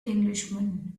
englishman